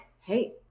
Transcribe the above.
hey